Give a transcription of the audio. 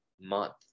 month